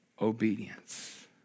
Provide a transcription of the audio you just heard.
obedience